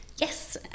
Yes